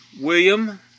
William